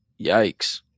Yikes